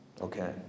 okay